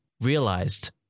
realized